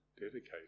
dedicated